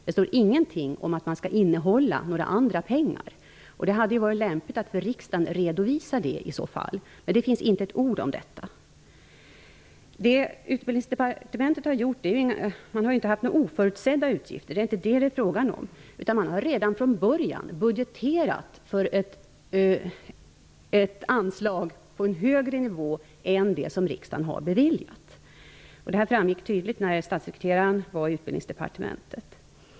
Det står ingenting om att man skall hålla inne några andra pengar. Det hade varit lämpligt att för riksdagen redovisa det i så fall. Men det finns inte ett ord om detta. Utbildningsdepartementet har inte haft några oförutsedda utgifter. Det är det inte fråga om. Man har redan från början budgeterat för ett anslag på en högre nivå än det som riksdagen har beviljat. Det framgick tydligt när statssekreteraren var i utbildningsutskottet.